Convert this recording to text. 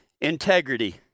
integrity